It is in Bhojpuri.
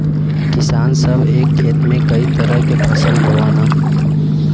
किसान सभ एक खेत में कई तरह के फसल बोवलन